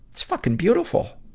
it's fucking beautiful!